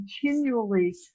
continually